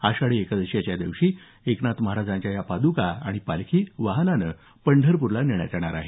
आषाढी एकादशीच्या दिवशी एकनाथ महाराजांच्या पाद्का आणि पालखी वाहनाने पंढरपूरला नेण्यात येणार आहे